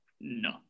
No